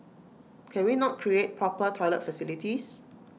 can we not create proper toilet facilities